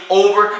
over